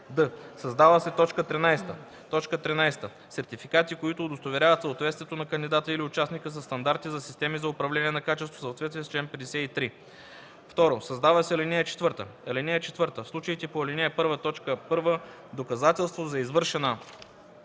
д) създава се т. 13: „13. сертификати, които удостоверяват съответствието на кандидата или участника със стандарти за системи за управление на качеството, в съответствие с чл. 53.“ 2. Създава се ал. 4: „(4) В случаите по ал. 1, т. 1 доказателството за извършената